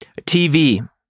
TV